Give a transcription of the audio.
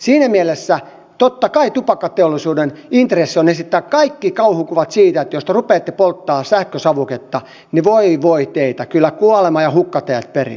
siinä mielessä totta kai tupakkateollisuuden intressi on esittää kaikki kauhukuvat siitä että jos te rupeatte polttamaan sähkösavuketta niin voi voi teitä kyllä kuolema ja hukka teidät perii